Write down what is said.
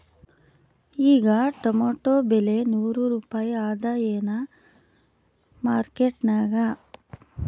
ಈಗಾ ಟೊಮೇಟೊ ಬೆಲೆ ನೂರು ರೂಪಾಯಿ ಅದಾಯೇನ ಮಾರಕೆಟನ್ಯಾಗ?